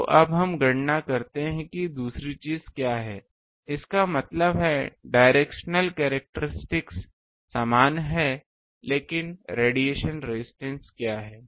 तो अब हम गणना करते हैं कि दूसरी चीज क्या है इसका मतलब है डायरेक्शनल कैरेक्टरिस्टिक समान है लेकिन रेडिएशन रेजिस्टेंस क्या है